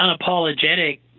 unapologetic